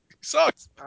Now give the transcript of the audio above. sucks